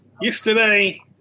yesterday